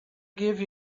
give